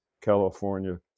California